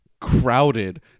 crowded